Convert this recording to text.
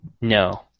No